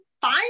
fine